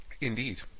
Indeed